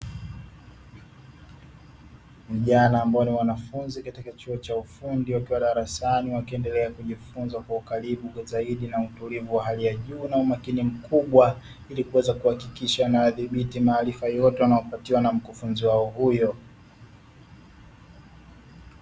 Vijana ambao ni wanafunzi katika chuo cha ufundi wakiwa darasani, wakiendelea kujifunza kwa ukaribu zaidi na utulivu wa hali ya juu na umakini mkubwa, ili kuweza kuhakikisha wanayadhibiti maarifa yote wanayopatiwa na mkufunzi wao huyo.